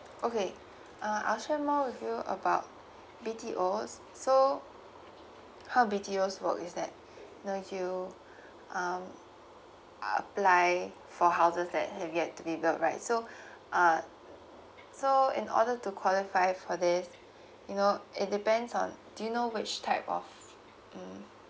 okay uh I'll share more with you about B_T_O so how B_T_Os work is that know if you um apply for houses that have yet to be built right so uh so in order to qualify for this you know it depends on do you know which type of mm